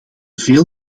veel